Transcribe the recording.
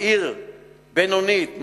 בעיר בינונית,